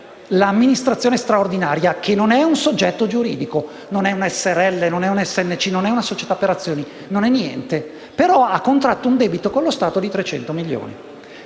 l'amministrazione straordinaria, che non è un soggetto giuridico, non è una srl, non è una snc, non è una società per azioni. Non è niente; però ha contratto un debito con lo Stato di 300 milioni